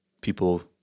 people